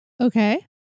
Okay